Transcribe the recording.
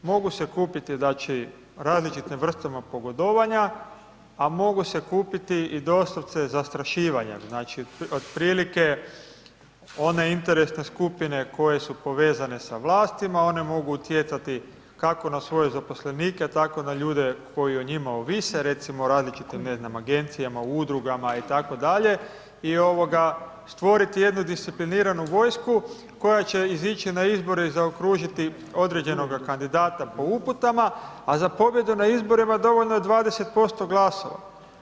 Mogu se kupiti znači različitim vrstama pogodovanja a mogu se kupiti i doslovce zastrašivanjem, znači otprilike one interesne skupine koji su povezane sa vlastima, one mogu utjecati kako na svoje zaposlenike, tako na ljude koji o njima ovise, recimo u različitim ne znam, agencijama, udrugama itd. i stvoriti jednu discipliniranu vojsku koja će izići na izbore i zaokružiti određenoga kandidata po uputama a za pobjedu na izborima dovoljno je 20% glasova.